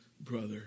brother